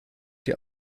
die